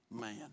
man